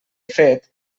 fet